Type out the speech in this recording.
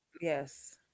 Yes